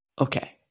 Okay